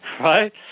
Right